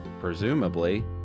presumably